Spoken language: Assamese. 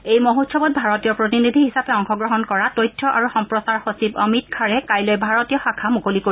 এই মহোৎসৱত ভাৰতীয় প্ৰতিনিধি হিচাপে অংশগ্ৰহণ কৰা তথ্য আৰু সম্প্ৰচাৰ সচিব অমিত খাৰে কাইলৈ ভাৰতীয় শাখা মুকলি কৰিব